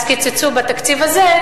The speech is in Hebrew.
קיצצו בתקציב הזה,